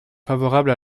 favorable